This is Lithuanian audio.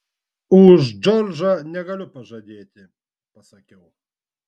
už džordžą negaliu pažadėti pasakiau